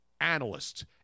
analysts